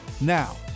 now